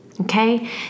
Okay